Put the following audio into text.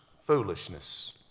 foolishness